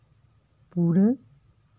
ᱯᱩᱨᱟᱹ